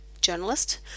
journalist